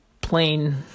plain